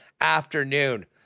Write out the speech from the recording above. afternoon